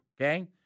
Okay